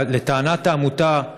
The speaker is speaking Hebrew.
לטענת העמותה,